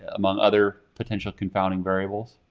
among other potential confounding variables?